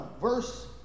Verse